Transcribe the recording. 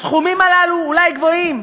הסכומים הללו אולי גבוהים,